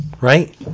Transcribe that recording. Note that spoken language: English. Right